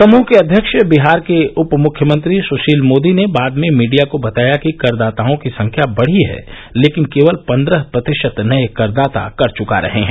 समृह के अध्यक्ष बिहार के उप मुख्यमंत्री सुशील मोदी ने बाद में मीडिया को बताया कि कर्रदाताओं की संख्या बढ़ी है लेकिन केवल पन्द्रह प्रतिशत नए करदाता कर चुका रहे हैं